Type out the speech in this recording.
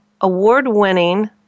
award-winning